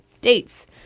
Dates